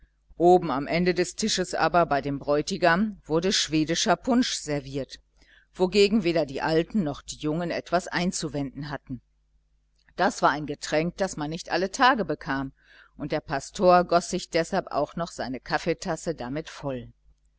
oben am ende des tisches aber bei dem bräutigam wurde schwedischer punsch serviert wogegen weder die alten noch die jungen etwas einzuwenden hatten das war ein getränk das man nicht alle tage bekam und der pastor goß sich deshalb auch noch seine kaffeetasse damit voll